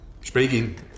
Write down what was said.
Speaking